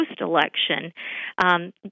post-election